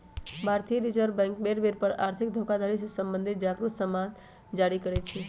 भारतीय reserve bank बेर बेर पर आर्थिक धोखाधड़ी से सम्बंधित जागरू समाद जारी करइ छै